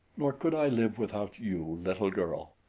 nor could i live without you, little girl.